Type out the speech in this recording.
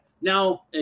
Now